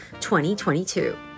2022